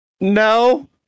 No